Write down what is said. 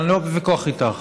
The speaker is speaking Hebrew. אני לא בוויכוח איתך.